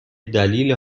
دلیل